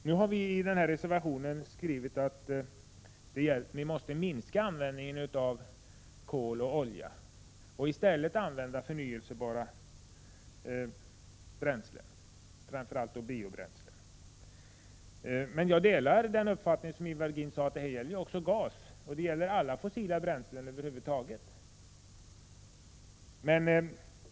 Vi har i vår reservation skrivit att vi måste minska användningen av kol och olja och i stället använda förnyelsebara bränslen, framför allt biobränslen. Jag delar Ivar Virgins uppfattning att det också gäller gas och alla fossila bränslen över huvud taget.